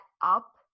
up